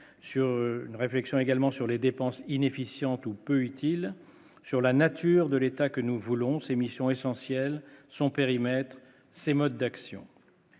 sur une réflexion également sur les dépenses in efficiente ou peu utiles sur la nature de l'État que nous voulons c'est missions essentielles son périmètre, ses modes d'action.